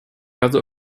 razu